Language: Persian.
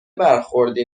برخوردی